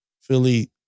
Philly